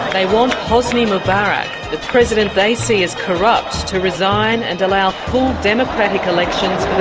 they want hosni mubarak, the president they see as corrupt, to resign and allow full democratic elections